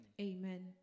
Amen